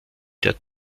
der